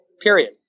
Period